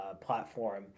platform